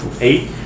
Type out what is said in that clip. eight